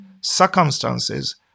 circumstances